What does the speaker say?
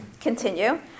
Continue